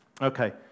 Okay